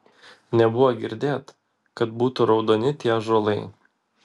nebuvo girdėt kad būtų raudoni tie ąžuolai